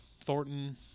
thornton